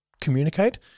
communicate